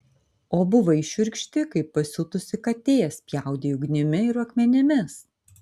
o buvai šiurkšti kaip pasiutusi katė spjaudei ugnimi ir akmenimis